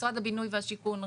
משרד הבינוי והשיכון,